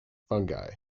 fungi